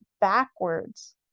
backwards